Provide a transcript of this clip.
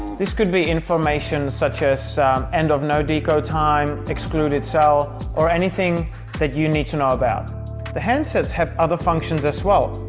this could be information such as end of no dqo time excluded cell or anything that you need to know about the handsets have other functions as well,